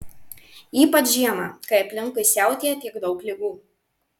ypač žiemą kai aplinkui siautėja tiek daug ligų